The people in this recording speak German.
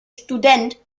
student